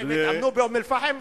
זה פג תוקף, יש לך תרמילים.